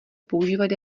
používat